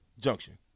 junction